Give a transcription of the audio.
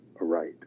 aright